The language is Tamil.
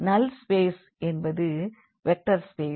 நல் ஸ்பேஸ் என்பது வெக்டர் ஸ்பேஸ்